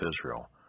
Israel